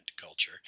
culture